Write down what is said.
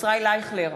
ישראל אייכלר,